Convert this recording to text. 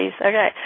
okay